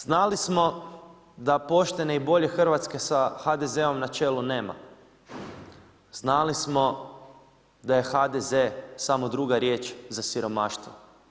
Znali smo da poštene i bolje Hrvatske sa HDZ-om na čelu nema, znali smo da je HDZ samo druga riječ za siromaštvo.